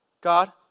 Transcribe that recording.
God